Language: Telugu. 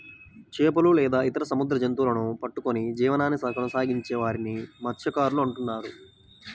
చేపలు లేదా ఇతర సముద్ర జంతువులను పట్టుకొని జీవనాన్ని కొనసాగించే వారిని మత్య్సకారులు అంటున్నారు